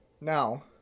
Now